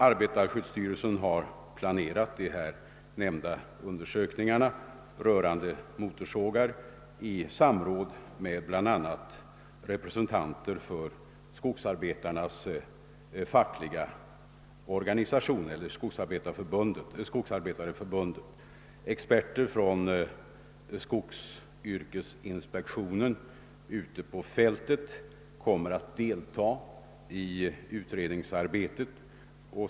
Arbetarskyddsstyrelsen har planerat de nämnda undersökningarna rörande motorsågar i samråd med bl a. representanter för skogsarbetarnas fackliga organisation. Experter från skogsyrkesinspektionen ute på fältet kommer att delta i utredningsarbetet.